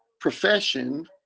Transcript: profession